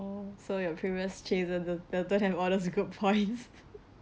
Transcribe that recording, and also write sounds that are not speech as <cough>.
oh so your previous chaser th~ th~ the good points <laughs>